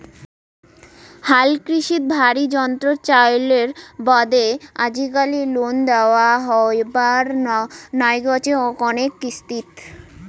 হালকৃষিত ভারী যন্ত্রর চইলের বাদে আজিকালি লোন দ্যাওয়া হবার নাইগচে কণেক কিস্তিত